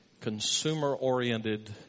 consumer-oriented